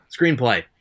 screenplay